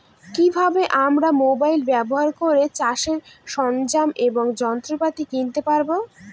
কি ভাবে আমরা মোবাইল ব্যাবহার করে চাষের সরঞ্জাম এবং যন্ত্রপাতি কিনতে পারবো?